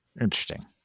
Interesting